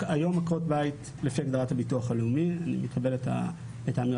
היום, לפי הגדרת הביטוח הלאומי, עקרות בית